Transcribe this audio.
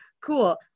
cool